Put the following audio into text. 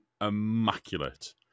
immaculate